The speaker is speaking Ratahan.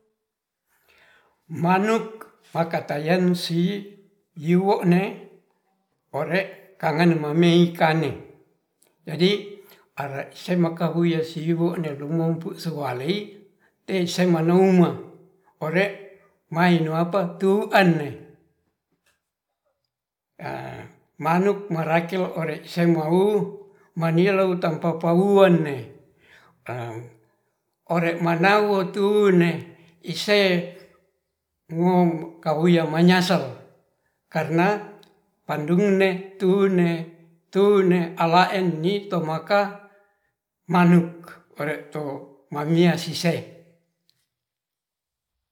Manuk pakatayen sii yuwene ore kangen mameikane, jadi ara semakahuye siwe nedemompu suwalei teseimanauma ore mainuapa tu'ane manuk marakilo ore simbewu manilou tampapahuan nee ore manawu tuneh ise ngo kahuya manyasel karna pangdungne tune tune alaen nyito maka manuk mamia sise.